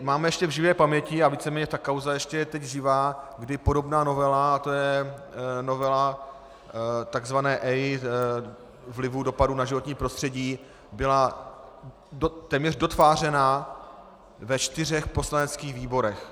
Máme ještě živé paměti a víceméně ta kauza ještě je teď živá, kdy podobná novela, a to je novela tzv. EIA, vlivů, dopadů na životní prostředí, byla téměř dotvářena ve čtyřech poslaneckých výborech.